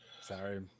Sorry